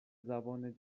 زبان